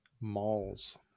malls